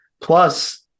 Plus